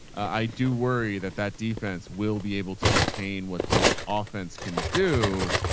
i do worry that that defense will be able to contain what this offense can do.